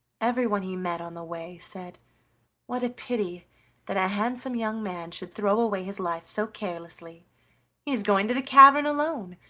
everyone he met on the way said what a pity that a handsome young man should throw away his life so carelessly! he is going to the cavern alone,